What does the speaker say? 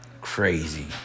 crazy